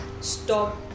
stop